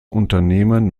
unternehmen